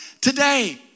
today